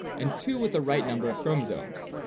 and two with the right number of chromosomes.